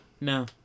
No